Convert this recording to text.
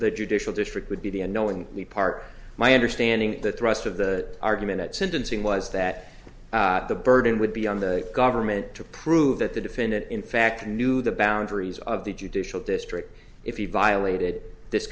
the judicial district would be the a no and we part my understanding the thrust of the argument at sentencing was that the burden would be on the government to prove that the defendant in fact knew the boundaries of the judicial district if he violated this